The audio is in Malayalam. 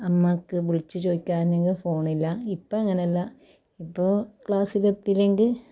അമ്മക്ക് വിളിച്ചു ചോദിക്കാനങ്കിൽ ഫോണില്ല ഇപ്പോൾ അങ്ങനല്ല ഇപ്പോൾ ക്ലാസിൽ എത്തില്ലെങ്കിൽ